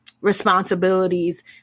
responsibilities